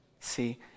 see